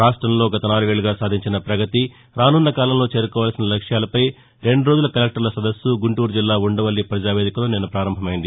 రాష్టంలో గత నాలుగేళ్లగా సాధించిన పగతి రాసున్న కాలంలో చేరుకోవాల్సిన లక్ష్యాలపై రెండు రోజుల కలెక్టర్ల సదస్సు గుంటూరు జిల్లా ఉండవల్లి ప్రజావేదికలో నిన్న ప్రారంభమైంది